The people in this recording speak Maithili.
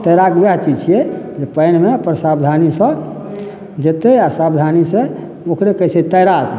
तैराक वएह चीज छियै पानिमे अपन सावधानी सऽ जेतै आ सावधानी सऽ ओकरे कहै छै तैराक